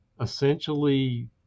essentially